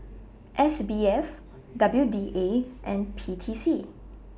S B F W D A and P T C